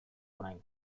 orain